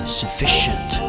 sufficient